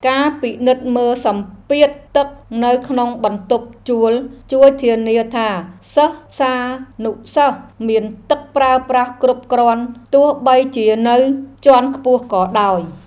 ការពិនិត្យមើលសម្ពាធទឹកនៅក្នុងបន្ទប់ជួលជួយធានាថា សិស្សានុសិស្សមានទឹកប្រើប្រាស់គ្រប់គ្រាន់ទោះបីជានៅជាន់ខ្ពស់ក៏ដោយ។